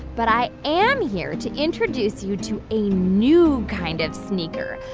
but i am here to introduce you to a new kind of sneaker,